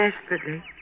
desperately